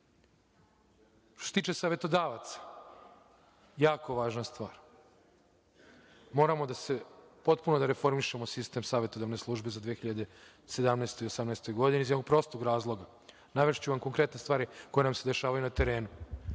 se tiče savetodavaca, jako važna stvar, moramo potpuno da reformišemo sistem savetodavne službe za 2017. i 2018. godinu, iz jednog prostog razloga, navešću vam konkretne stvari koje nam se dešavaju na terenu.